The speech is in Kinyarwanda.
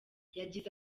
yagize